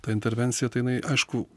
ta intervencija tai jinai aišku